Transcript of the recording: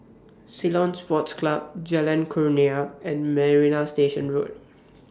Ceylon Sports Club Jalan Kurnia and Marina Station Road